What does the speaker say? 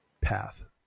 path